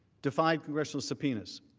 defied congressional subpoenas